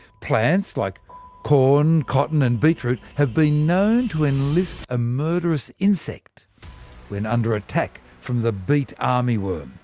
plants like corn, cotton, and beetroot have been known to enlist a murderous insect when under attack from the beet armyworm.